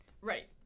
Right